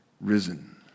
risen